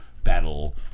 battle